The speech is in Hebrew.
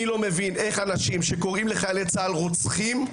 אני לא מבין איך אנשים שקוראים לחיילי צה"ל רוצחים,